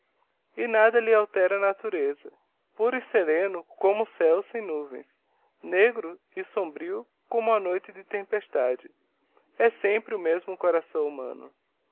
e nada lhe altera a natureza puro e sereno como o céu sem nuvens negro e sombrio como uma noite detempestade é sempre o mesmo coração humano